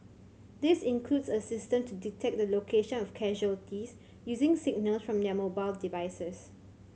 this includes a system to detect the location of casualties using signals from their mobile devices